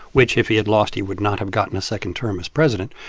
which if he had lost, he would not have gotten a second term as president.